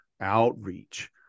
outreach